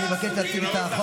לא הבנתי.